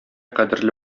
кадерле